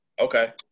Okay